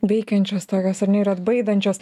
veikiančios tokios ar ne ir atbaidančios